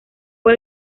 fue